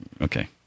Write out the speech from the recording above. okay